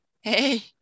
Hey